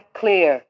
clear